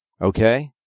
okay